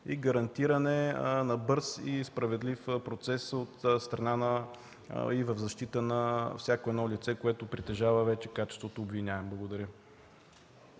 и гарантиране на бърз и справедлив процес от страна и в защита на всяко едно лице, което притежава вече качеството обвиняем. Благодаря.